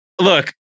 Look